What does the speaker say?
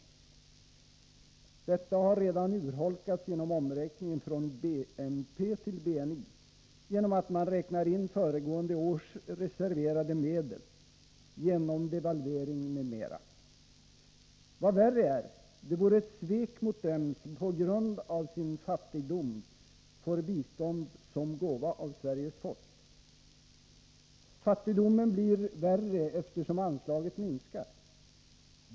Detta har redan urholkats genom omräkningen från BNP till BNI, genom att man räknar in föregående års reserverade medel, genom devalvering m.m. Vad värre är. Det vore ett svek mot dem, som på grund av sin fattigdom får bistånd som gåva av Sveriges folk. Fattigdomen blir värre eftersom anslaget minskar.